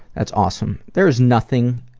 that's awesome. there's nothing,